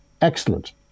Excellent